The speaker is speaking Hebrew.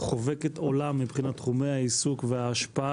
חובקת עולם מבחינת תחומי העיסוק וההשפעה